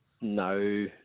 No